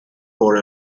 for